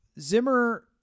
Zimmer